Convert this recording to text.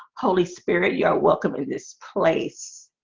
holy spirit. you are welcome to this place